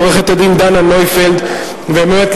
לעורכת-הדין דנה נויפלד; ובאמת,